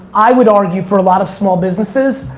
i would argue for a lot of small businesses,